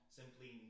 simply